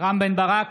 רם בן ברק,